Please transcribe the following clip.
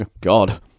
God